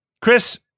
Chris